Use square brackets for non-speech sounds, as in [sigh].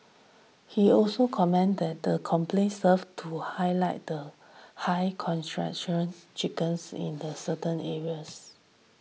he also commented that the complaints served to highlight the high [unintelligible] chickens in the certain areas